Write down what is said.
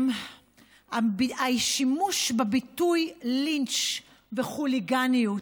השימוש בביטויים לינץ' וחוליגניות